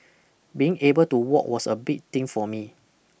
being able to walk was a big thing for me